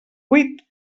huit